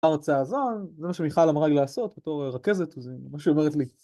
ההרצאה הזאת, זה מה שמיכל אמרה לי לעשות בתור רכזת וזה מה שהיא אומרת לי